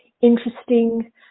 interesting